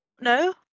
No